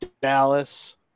Dallas